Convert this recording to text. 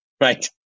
right